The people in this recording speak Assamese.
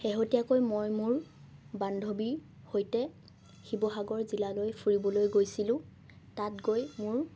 শেহতীয়াকৈ মই মোৰ বান্ধৱীৰ সৈতে শিৱসাগৰ জিলালৈ ফুৰিবলৈ গৈছিলোঁ তাত গৈ মোৰ